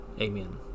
Amen